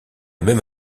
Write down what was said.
même